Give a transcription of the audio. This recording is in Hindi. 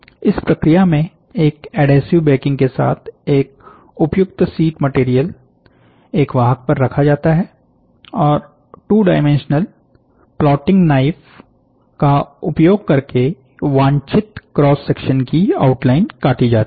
इस प्रक्रिया में एक एडहेसिव बैकिंग के साथ एक उपयुक्त शीट मटेरियल एक वाहक पर रखा जाता है और 2 डाइमेंशनल प्लाॅटिंग नाइफ का उपयोग करके वांछित क्रॉस सेक्शन की आउटलाइन काटी जाती है